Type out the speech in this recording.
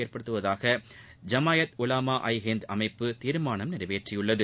ஏற்படுத்துவதாக ஜமாயத் உலாமா ஹிந்த் அமைப்பு தீர்மானம் நிறைவேற்றியுள்ளது